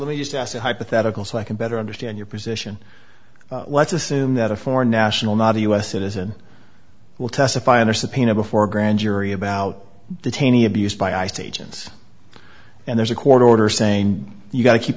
let me just ask a hypothetical so i can better understand your position let's assume that a foreign national not a us citizen will testify under subpoena before a grand jury about the taney abuse by ice agents and there's a court order saying you've got to keep